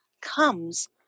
comes